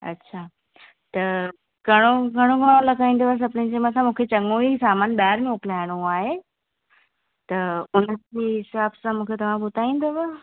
अच्छा त घणो घणो भाव लॻाईंदव सभिनी जे मथां मूंखे चङो ई सामानु ॿाहिरि मोकिलाइणो आहे त हुनजे हिसाबु सां मूंखे तव्हां मूंखे ॿुधाईंदव